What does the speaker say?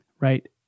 right